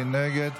מי נגד?